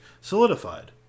solidified